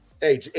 hey